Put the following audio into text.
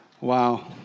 Wow